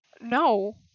No